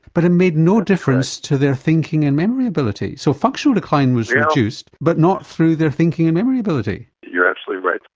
but it made no difference to their thinking and memory ability, so functional decline was reduced but not through their thinking and memory ability. you're absolutely right.